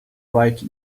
write